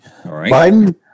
Biden